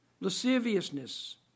Lasciviousness